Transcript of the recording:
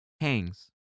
hangs